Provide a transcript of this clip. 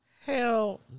Hell